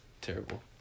terrible